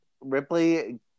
Ripley